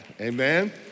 Amen